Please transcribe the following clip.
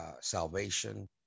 salvation